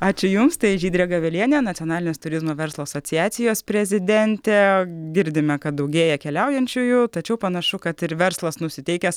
ačiū jums tai žydrė gavelienė nacionalinės turizmo verslo asociacijos prezidentė girdime kad daugėja keliaujančiųjų tačiau panašu kad ir verslas nusiteikęs